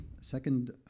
second